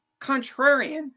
contrarian